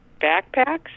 Backpacks